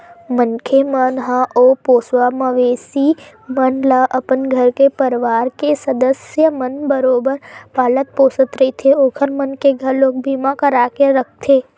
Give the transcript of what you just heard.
मनखे मन ह ओ पोसवा मवेशी मन ल अपन घर के परवार के सदस्य मन बरोबर पालत पोसत रहिथे ओखर मन के घलोक बीमा करा के रखथे